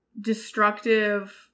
destructive